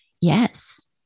Yes